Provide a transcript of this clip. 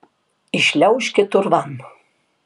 įšliaužkit urvan